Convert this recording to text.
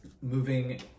moving